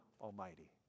Almighty